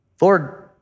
Lord